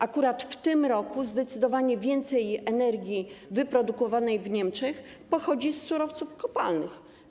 Akurat w tym roku zdecydowanie więcej energii wyprodukowanej w Niemczech pochodzi z surowców kopalnych.